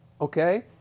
okay